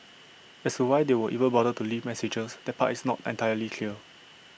as to why they would even bother to leave messages that part is not entirely clear